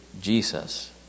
Jesus